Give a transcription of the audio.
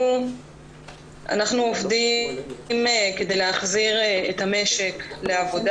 אנחנו עובדים בימים האלה כדי להחזיר את המשק לעבודה.